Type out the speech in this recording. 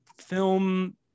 film